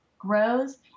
grows